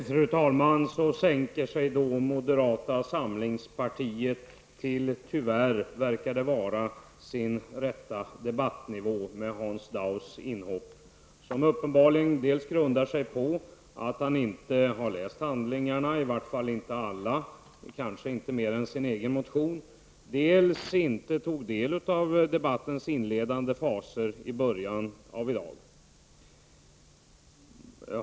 Fru talman! Med Hans Daus inhopp har moderaterna sänkt sig, tyvärr, till vad som verkar vara deras rätta debattnivå. Inhoppet grundar sig uppenbarligen dels på att han inte har läst alla handlingarna, kanske inte mer än sin egen motion, dels på att han inte tog del av debattens inledande faser i dag.